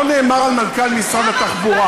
לא נאמר על מנכ"ל משרד התחבורה,